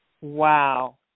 wow